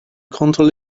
kontrol